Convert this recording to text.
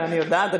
אני יודעת.